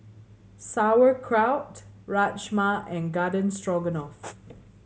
Sauerkraut Rajma and Garden Stroganoff